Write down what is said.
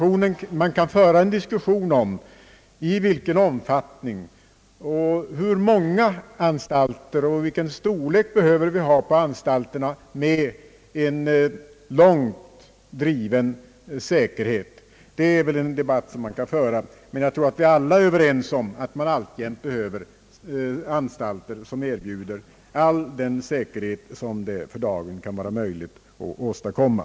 Man kan föra en diskussion om hur många anstalter vi skall ha och vilken storlek anstalterna behöver ha med en långt driven säkerhet. Jag tror emellertid att vi alla är överens om att vi behöver anstalter, som erbjuder all den säkerhet som det för dagen kan vara möjligt att åstadkomma.